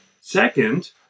second